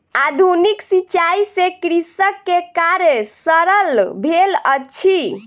आधुनिक सिचाई से कृषक के कार्य सरल भेल अछि